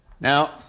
Now